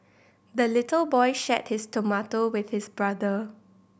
the little boy shared his tomato with his brother